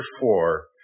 four